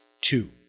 two